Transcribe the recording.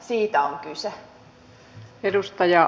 siitä on kyse